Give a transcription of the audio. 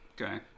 Okay